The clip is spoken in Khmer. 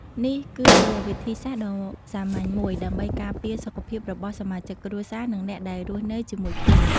នេះគឺជាវិធីសាស្ត្រដ៏សាមញ្ញមួយដើម្បីការពារសុខភាពរបស់សមាជិកគ្រួសារ និងអ្នកដែលរស់នៅជាមួយគ្នា។